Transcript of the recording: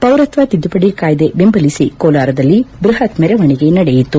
ಪೌರತ್ವ ತಿದ್ದುಪಡಿ ಕಾಯ್ದೆ ಬೆಂಬಲಿಸಿ ಕೋಲಾರದಲ್ಲಿ ಬೃಪತ್ ಮೆರವಣಿಗೆ ನಡೆಯಿತು